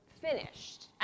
finished